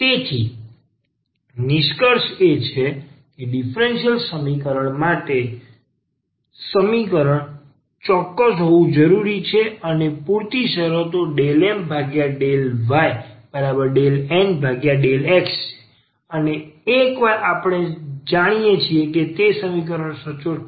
તેથી નિષ્કર્ષ એ છે કે ડીફરન્સીયલ સમીકરણ માટે ચોક્કસ હોવું જરૂરી છે અને પૂરતી શરતો ∂M∂y∂N∂x છે અને એકવાર આપણે જાણીએ કે તે સમીકરણ સચોટ છે